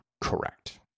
Correct